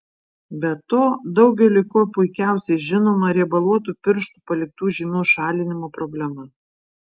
be to daugeliui kuo puikiausiai žinoma riebaluotų pirštų paliktų žymių šalinimo problema